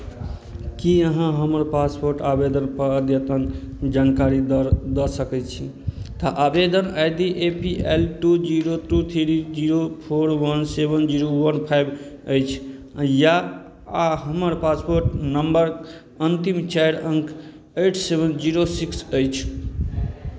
की अहाँ हमर पासपोर्ट आवेदनपर अद्यतन जानकारी दर दऽ सकैत छी आवेदन I D A P L two zero two three zero four one seven zero one five अछि या आ हमर पासपोर्ट नम्बर अन्तिम चारि अङ्क अइट सेवन जीरो सिक्स अछि